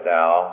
now